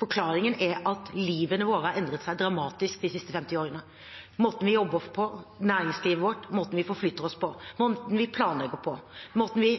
Forklaringen er at livene våre har endret seg dramatisk de siste 50 årene. Måten vi jobber på, næringslivet vårt, måten vi forflytter oss på, måten vi planlegger på, og måten vi